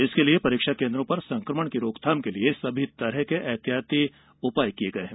इसके लिए परीक्षा केन्द्रों पर संकमण की रोकथाम के लिए सभी तरह के ऐहतियाती उपाय किये गये है